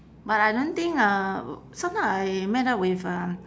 but I don't think uh sometime I met up with um